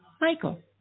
Michael